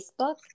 Facebook